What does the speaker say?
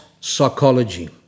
psychology